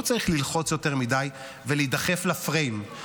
לא צריך ללחוץ יותר מדי ולהידחף לפריים,